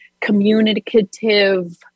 communicative